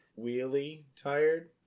wheelie-tired